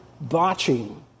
botching